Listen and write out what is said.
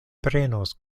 prenos